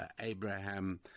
Abraham